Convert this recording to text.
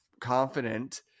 confident